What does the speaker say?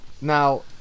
Now